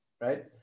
right